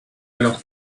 alors